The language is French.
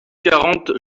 quarante